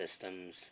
systems